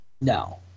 No